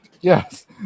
Yes